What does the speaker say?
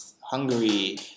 Hungary